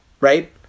right